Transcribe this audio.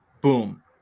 Boom